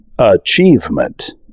Achievement